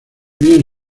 bien